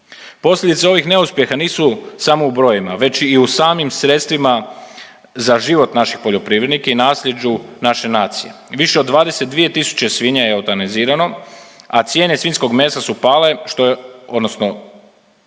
Posljedice ovih neuspjeha nisu samo u brojevima već i u samim sredstvima za život naših poljoprivrednika i naslijeđu naše nacije. Više od 22000 svinja je eutanazirano, a cijene svinjskog mesa su pale što